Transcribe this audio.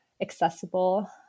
accessible